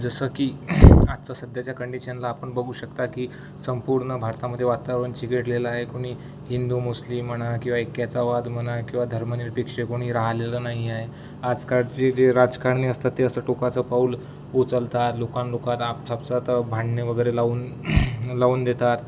अ जसं की आजच सध्याच्या कंडिशनला आपण बघू शकता की संपूर्ण भारतामध्ये वातावरण चिघदळलेले आहे कोणी हिंदू मुस्लिम म्हणा किंवा ऐक्याचा वाद म्हणा किंवा धर्मनिरपेक्ष कोणी राहलेलं नाही आहे आजकालची जे राजकारणी असतात ते असं टोकाचं पाऊल उचलतात लोकां लोकात आपसापसात भांडणे वगैरे लावून लावून देतात